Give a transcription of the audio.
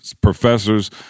professors